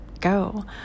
go